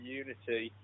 unity